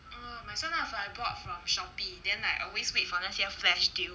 oh my 酸辣粉 I bought from Shopee then I always wait for 那些 flash deal